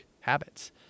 habits